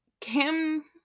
Kim